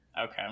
Okay